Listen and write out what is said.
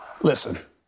Listen